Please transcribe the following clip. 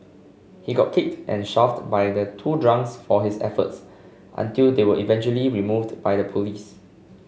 he got kicked and shoved by the two drunks for his efforts until they were eventually removed by the police